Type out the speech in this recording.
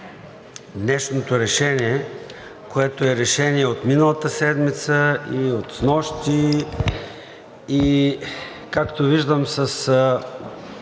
днешното решение, което е решение от миналата седмица, от снощи, и както виждам, с